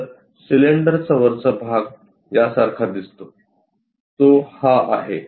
तर सिलेंडरचा वरचा भाग यासारखा दिसतो तो हा आहे